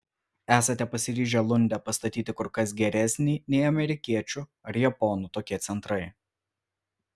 esate pasiryžę lunde pastatyti kur kas geresnį nei amerikiečių ar japonų tokie centrai